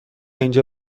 اینجا